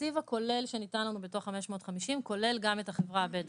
התקציב הכולל שניתן לנו בתוך 550 כולל גם את החברה הבדואית.